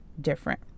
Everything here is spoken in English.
different